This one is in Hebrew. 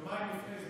יומיים לפני,